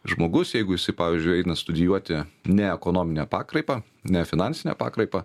žmogus jeigu jisai pavyzdžiui eina studijuoti neekonominę pakraipą nefinansinę pakraipą